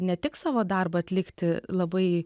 ne tik savo darbą atlikti labai